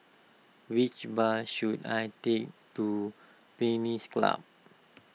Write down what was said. which bus should I take to Pines Club